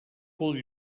cul